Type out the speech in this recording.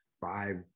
five